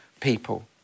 people